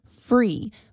free